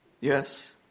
Yes